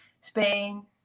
Spain